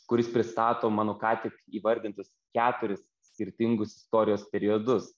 kuris pristato mano ką tik įvardintus keturis skirtingus istorijos periodus